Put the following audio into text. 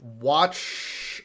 Watch